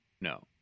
No